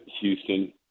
Houston